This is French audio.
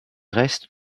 reste